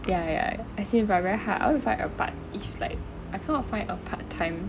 ya ya ya as I but very hard I want to find a part it's like I cannot find a part time